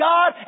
God